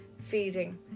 feeding